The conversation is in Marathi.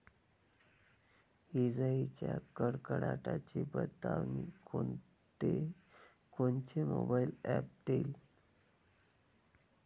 इजाइच्या कडकडाटाची बतावनी कोनचे मोबाईल ॲप देईन?